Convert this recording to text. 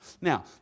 Now